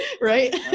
Right